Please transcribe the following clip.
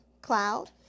Cloud